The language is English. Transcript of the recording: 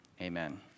Amen